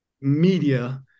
media